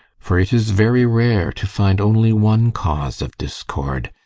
for it is very rare to find only one cause of discord,